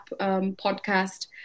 podcast